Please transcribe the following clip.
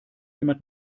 jemand